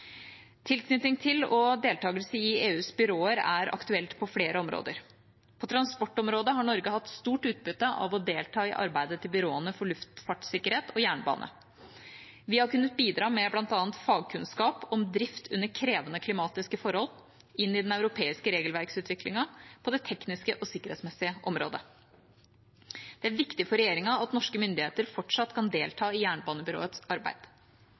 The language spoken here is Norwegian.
Tilknytning til og deltakelse i EUs byråer er aktuelt på flere områder. På transportområdet har Norge hatt stort utbytte av å delta i arbeidet til byråene for luftfartsikkerhet og jernbane. Vi har kunnet bidra med bl.a. fagkunnskap om drift under krevende klimatiske forhold inn i den europeiske regelverksutviklingen på det tekniske og sikkerhetsmessige området. Det er viktig for regjeringa at norske myndigheter fortsatt kan delta i jernbanebyråets arbeid.